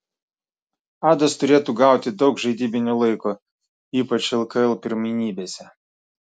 adas turėtų gauti daug žaidybinio laiko ypač lkl pirmenybėse